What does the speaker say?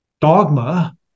dogma